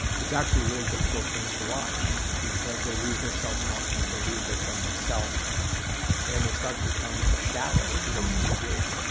it's actually a really difficult thing to watch because they lose their self-confidence, they lost their sense of self and they start to become a shadow of who they used to be.